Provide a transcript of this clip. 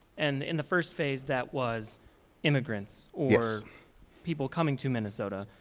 and in the first phase that was immigrants or people coming to minnesota,